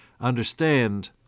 understand